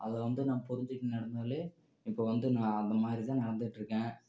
அதை வந்து நம்ம புரிஞ்சிக்கிட்டு நடந்தால் இப்போ வந்து நான் அந்த மாதிரி தான் நடந்துகிட்டு இருக்கேன்